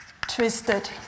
twisted